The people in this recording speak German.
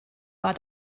war